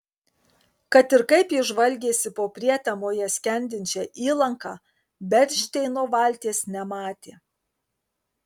kad ir kaip jis žvalgėsi po prietemoje skendinčią įlanką bernšteino valties nematė